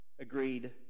agreed